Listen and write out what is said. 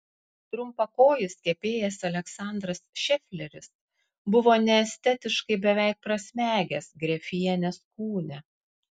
trumpakojis kepėjas aleksandras šefleris buvo neestetiškai beveik prasmegęs grefienės kūne